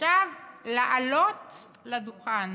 עכשיו לעלות לדוכן